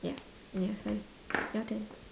ya ya same your turn